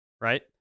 right